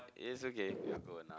is okay we're good enough